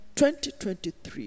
2023